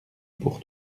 pour